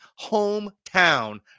hometown